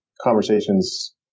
conversations